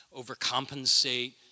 overcompensate